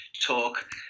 talk